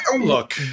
Look